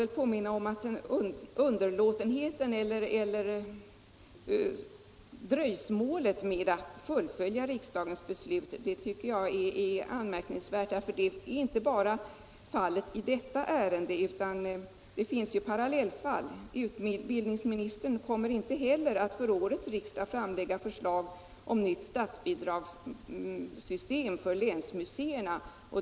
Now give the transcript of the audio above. Jag tycker att underlåtenheten eller dröjsmålet med att fullfölja riksdagens beslut är anmärkningsvärt — fördröjningen gäller inte bara detta ärende, utan det finns parallellfall. Utbildningsministern kommer inte heller att för årets riksdag framlägga förslag om nytt statsbidragssystem för länsmuseerna.